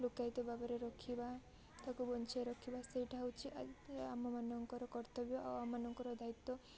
ଲୁକାୟିତ ଭାବରେ ରଖିବା ତାକୁ ବଞ୍ଚେଇ ରଖିବା ସେଇଟା ହେଉଛି ଆମମାନଙ୍କର କର୍ତ୍ତବ୍ୟ ଆଉ ଆମମାନଙ୍କର ଦାୟିତ୍ୱ